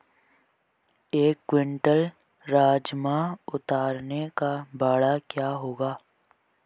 एक क्विंटल राजमा उतारने का भाड़ा क्या होगा?